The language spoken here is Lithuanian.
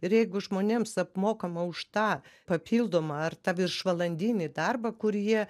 ir jeigu žmonėms apmokama už tą papildomą ar tą viršvalandinį darbą kur jie